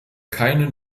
keine